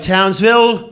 Townsville